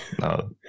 No